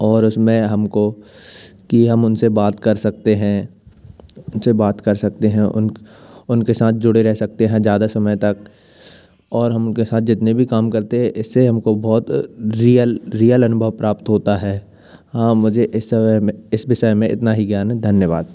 और उसमें हमको कि हम उनसे बात कर सकते हैं उनसे बात कर सकते हैं उनके साथ जुड़े रह सकते हैं ज़्यादा समय तक और हम उनके साथ जितने भी काम करते इससे हमको बहुत रियल रियल अनुभव प्राप्त होता है हाँ मुझे इस में इस विषय में इतना ही ज्ञान है धन्यवाद